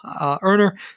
earner